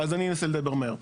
אז אני אנסה לדבר מהר.